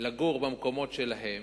לגור במקומות שלהם,